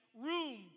room